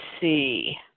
see